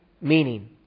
meaning